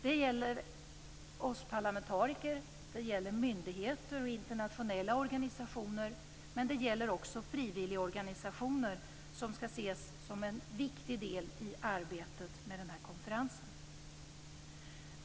Det gäller oss parlamentariker, det gäller myndigheter och internationella organisationer, men det gäller också frivilligorganisationer, som skall ses som en viktig del i arbetet med konferensen.